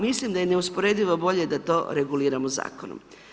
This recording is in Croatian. Mislim da je neusporedivo bolje da to reguliramo Zakonom.